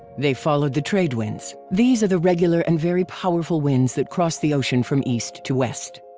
they followed the trade winds. these are the regular and very powerful winds that cross the ocean from east to west.